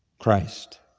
christ